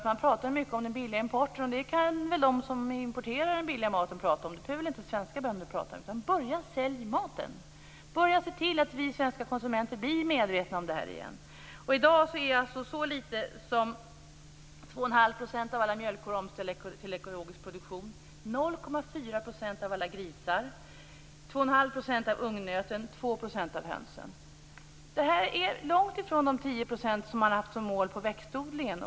Man pratar mycket om den billiga importen, och det kan väl de som importerar den billiga maten göra - det behöver svenska bönder inte prata om. Börja sälja maten i stället och se till att vi svenska konsumenter blir medvetna om det här igen! I dag är alltså så lite som 2,5 % av alla mjölkkor omställda till ekologisk produktion, 0,4 % av alla grisar, 2,5 % av ungnöten och 2 % av hönsen. Det är långtifrån de 10 % som man har haft som mål för växtodlingen.